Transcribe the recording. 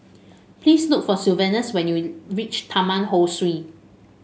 please look for Sylvanus when you reach Taman Ho Swee